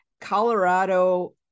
Colorado